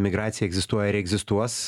migracija egzistuoja ir egzistuos